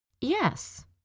Yes